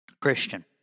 Christian